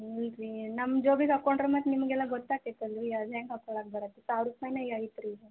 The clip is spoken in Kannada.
ಹ್ಞೂ ರೀ ನಮ್ಮ ಜೋಬಿಗ್ ಹಾಕೋಂಡ್ರ ಮತ್ತು ನಿಮಗೆಲ್ಲ ಗೊತ್ತಾಗ್ತಯ್ತ್ ಅಲ್ಲಾ ರೀ ಅದು ಹೆಂಗೆ ಹಾಕೋಳಕ್ಕೆ ಬರತ್ತೆ ಸಾವಿರ ರೂಪಾಯಿ ಐತಿ ರೀ ಈಗ